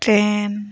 train